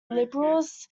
liberals